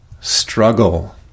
struggle